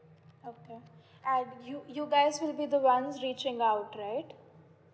okay and you you guys will be the ones reaching out right